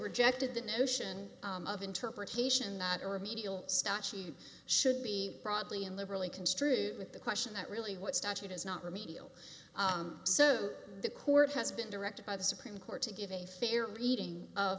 rejected the notion of interpretation that a remedial statute should be broadly and liberally construed with the question that really what statute is not remedial so the court has been directed by the supreme court to give a fair reading